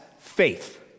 faith